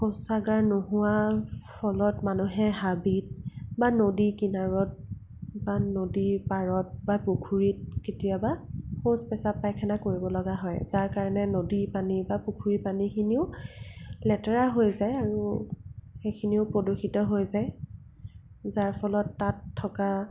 শৌচাগাৰ নোহোৱাৰ ফলত মানুহে হাবিত বা নদীৰ কিনাৰত বা নদীৰ পাৰত বা পুখুৰীত কেতিয়াবা শৌচ প্ৰস্ৰাৱ পাইখানা কৰিবলগীয়া হয় যাৰ কাৰণে নদীৰ পানী বা পুখুৰীৰ পানীখিনিও লেতেৰা হৈ যায় আৰু সেইখিনিও প্ৰদূষিত হৈ যায় যাৰ ফলত তাত থকা